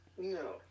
No